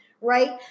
right